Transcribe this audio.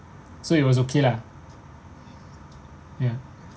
so it was okay lah ya